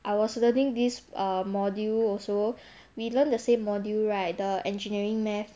I was learning this err module also we learn the same module right the engineering math